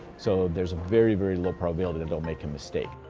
so there's a very, very low probability that they'll make a mistake.